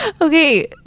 Okay